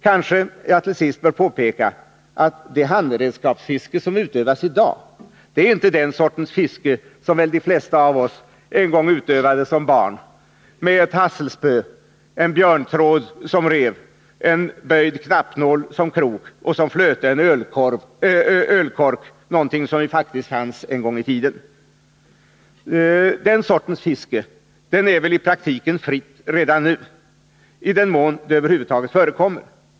Kanske jag till sist bör påpeka att det handredskapsfiske som utövas i dag inte är den sortens fiske som väl de flesta av oss en gång utövade som barn, med ett hasselspö, en björntråd som rev, en böjd knappnål som krok och som flöte en ölkork, någonting som faktiskt fanns en gång i tiden. Den sortens fiske är väl i praktiken fritt redan nu, i den mån det över huvud taget förekommer.